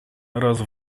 raz